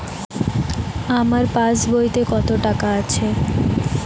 আমার পাস বইতে কত টাকা আছে?